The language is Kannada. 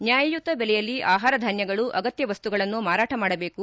ನ್ಯಾಯಯುತ ಬೆಲೆಯಲ್ಲಿ ಆಹಾರಧಾನ್ನಗಳು ಅಗತ್ತ ವಸ್ತುಗಳನ್ನು ಮಾರಾಟ ಮಾಡಬೇಕು